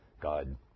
God